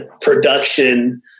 production